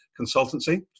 consultancy